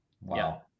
wow